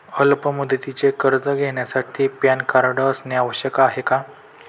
अल्प मुदतीचे कर्ज घेण्यासाठी पॅन कार्ड असणे आवश्यक आहे का?